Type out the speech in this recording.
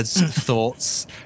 thoughts